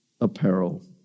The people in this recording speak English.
apparel